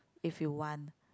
if you want